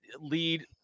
lead